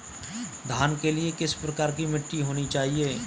धान के लिए किस प्रकार की मिट्टी होनी चाहिए?